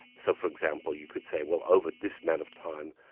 so for example you could say, well over this amount of time,